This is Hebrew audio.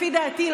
לפי דעתי,